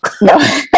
No